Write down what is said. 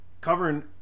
covering